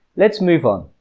let's move on.